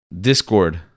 Discord